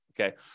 okay